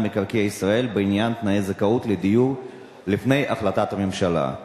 מקרקעי ישראל בעניין תנאי הזכאות לדיור לפני החלטת הממשלה.